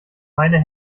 meine